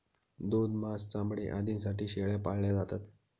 दूध, मांस, चामडे आदींसाठी शेळ्या पाळल्या जातात